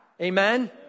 Amen